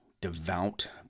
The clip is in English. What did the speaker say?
devout